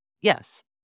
Yes